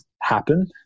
happen